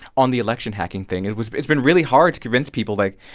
on the election hacking thing, it was it's been really hard to convince people like,